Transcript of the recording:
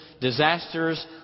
disasters